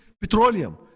Petroleum